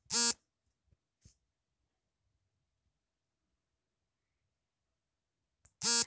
ಅರಣ್ಯ ತೋಟ ಉಷ್ಣವಲಯದಲ್ಲಿ ಸಾಮಾನ್ಯ ಅದೇ ಭೂಮಿಲಿ ಮರಗಳು ಬೆಳೆಗಳು ಮತ್ತು ಜಾನುವಾರು ಬೆಳೆಸಲು ಅಂತರ ಬೆಳೆ ಬಳಸ್ತರೆ